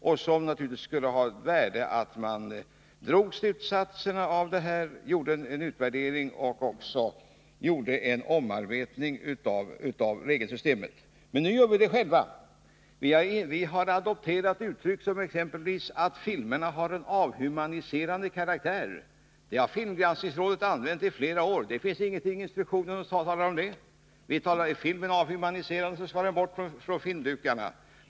Det skulle naturligtvis ha ett värde om man drog slutsatserna av detta, gjorde en utvärdering och också gjorde en omarbetning av regelsystemet. Men nu gör vi det själva. Vi har adopterat uttryck som exempelvis att filmerna har en avhumaniserande karaktär — det har filmgranskningsrådet använt i flera år, men det finns ingenting i instruktionen som talar om det. Vi säger att är filmen avhumaniserande så skall den bort från filmdukarna.